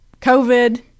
COVID